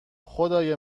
خدای